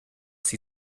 sie